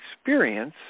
experience